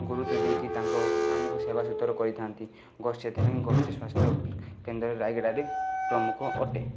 ଗୁରୁତ୍ୱ ଦେଇକି ତାଙ୍କ ଆମକୁ ସେବା ସୁତର କରିଥାନ୍ତି ଗୋ ସେଥିପାଇଁ ଗୋଷ୍ଠୀସ୍ୱାସ୍ଥ୍ୟ କେନ୍ଦ୍ର ରାୟଗଡ଼ାଟି ପ୍ରମୁଖ ଅଟେ